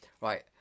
right